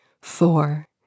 Four